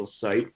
site